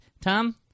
Tom